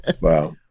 Wow